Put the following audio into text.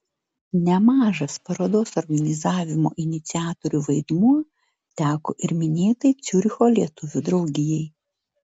nemažas parodos organizavimo iniciatorių vaidmuo teko ir minėtai ciuricho lietuvių draugijai